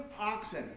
oxen